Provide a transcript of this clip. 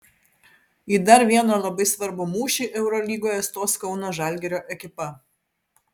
į dar vieną labai svarbų mūšį eurolygoje stos kauno žalgirio ekipa